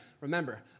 Remember